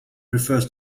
refers